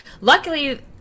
Luckily